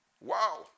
Wow